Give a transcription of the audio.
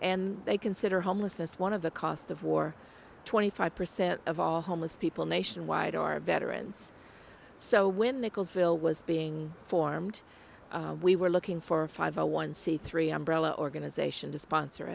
and they consider homelessness one of the costs of war twenty five percent of all homeless people nationwide are veterans so when nichols bill was being formed we were looking for five a one c three umbrella organization to sponsor